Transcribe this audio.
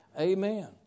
Amen